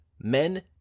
Men